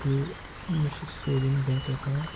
تہٕ مےٚ چھِ سیوِنٛگ بیٚنٛک اٮ۪کاوُنٛٹ